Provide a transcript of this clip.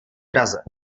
draze